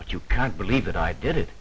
but you can't believe that i did it